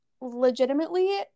legitimately